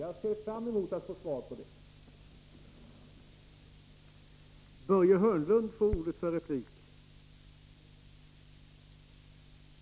Jag ser fram emot att få svar på den frågan.